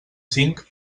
cinc